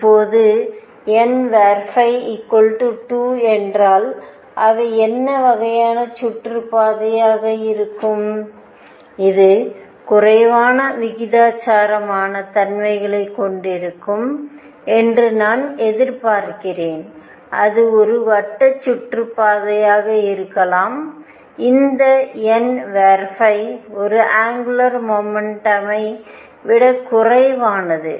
இப்போதுn 2 என்றால் அவை என்ன வகையான சுற்றுப்பாதையாக இருக்கும் இது குறைவான விசித்திரமான தன்மைகளைக் கொண்டிருக்கும் என்று நான் எதிர்பார்க்கிறேன் அது ஒரு வட்ட சுற்றுப்பாதையாக இருக்கலாம் இந்த n ஒரு அங்குலார் மொமெண்டமை விடக் குறைவானது